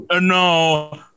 no